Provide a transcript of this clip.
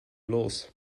los